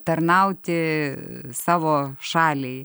tarnauti savo šaliai